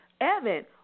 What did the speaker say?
Evan